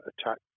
attack